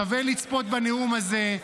שווה לצפות בנאום הזה,